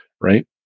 right